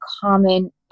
common